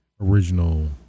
original